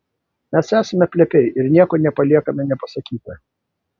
mes esame plepiai ir nieko nepaliekame nepasakyta